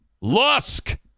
Lusk